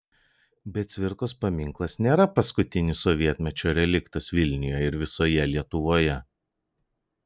bet cvirkos paminklas nėra paskutinis sovietmečio reliktas vilniuje ir visoje lietuvoje